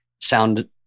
sound